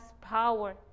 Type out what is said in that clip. power